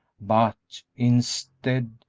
but, instead,